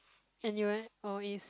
and you eh or is